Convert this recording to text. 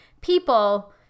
people